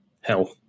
hell